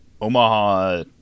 Omaha